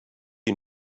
you